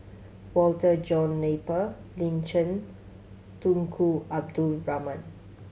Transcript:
Walter John Napier Lin Chen Tunku Abdul Rahman